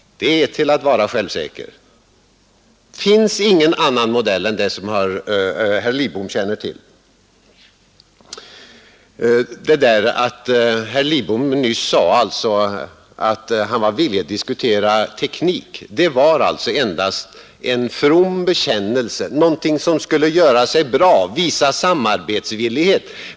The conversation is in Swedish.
Det är till att vara självsäker! Det finns ingen annan modell än den som herr Lidbom känner till. Det som herr Lidbom nyss sade om att han var villig att diskutera tekniken var alltså en from bekännelse, någonting som skulle göra sig bra, visa samarbetsvillighet.